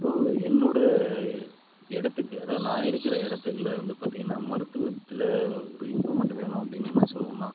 இப்போது என்னோட இடத்துக்கு அதாவது நான் இருக்கிற இடத்துல வந்து பார்த்திங்கன்னா மருத்துவத்தில் ஒரு இம்ப்ரூவ்மென்ட் வேணும் அப்படின்னு என்ன சொல்லுவோன்னால்